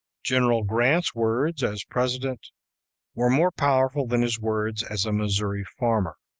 general grant's words as president were more powerful than his words as a missouri farmer.